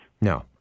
No